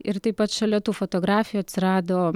ir taip pat šalia tų fotografijų atsirado